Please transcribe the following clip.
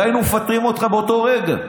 הרי היינו מפטרים אותך באותו רגע.